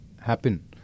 happen